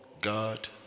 God